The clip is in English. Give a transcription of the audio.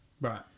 right